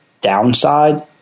downside